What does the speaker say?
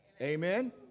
Amen